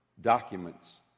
documents